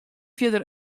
fierder